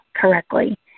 correctly